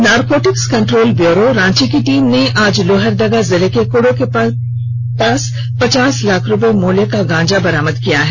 narcotics control bureau Ranchi की team ने आज लोहरदगा जिले के कुड़ू से पचास लाख रुपए मूल्य का गांजा बरामद किया है